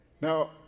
Now